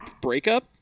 breakup